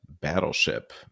Battleship